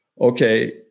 okay